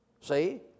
See